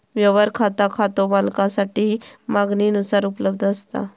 व्यवहार खाता खातो मालकासाठी मागणीनुसार उपलब्ध असता